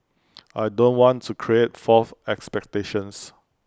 I don't want to create false expectations